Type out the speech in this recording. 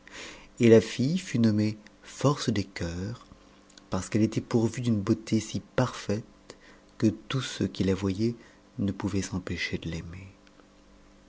et la fille fut notnmef force des cœurs parce qu'elle était pourvue d'une beauté si partait que tous ceux qui la voyaient ne pouvaient s'empêcher de l'aimer